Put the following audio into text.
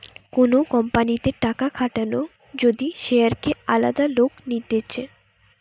কোন কোম্পানিতে টাকা খাটানো যদি শেয়ারকে আলাদা লোক নিতেছে